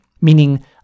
meaning